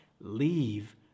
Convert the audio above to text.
leave